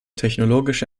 technologische